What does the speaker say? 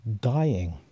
dying